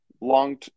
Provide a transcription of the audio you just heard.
long